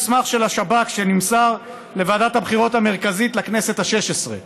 מסמך של השב"כ שנמסר לוועדת הבחירות המרכזית לכנסת השש-עשרה